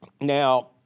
Now